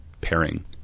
pairing